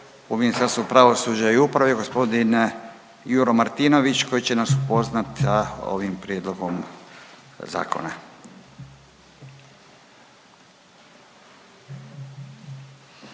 u Ministarstvu pravosuđa i uprave g. Juro Martinović koji će nas upoznat ovim prijedlogom zakona.